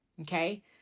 okay